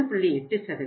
8